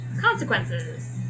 Consequences